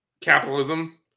capitalism